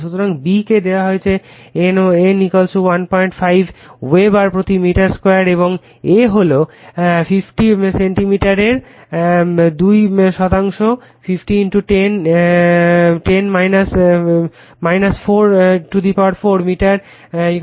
সুতরাং B কে দেওয়া হয়েছে N15 ওয়েবার প্রতি মিটার 2 এবং A হল 50 সেন্টিমিটার 2 সুতরাং 50 10 4 মিটার 2